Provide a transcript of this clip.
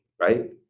right